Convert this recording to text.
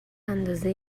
اندازه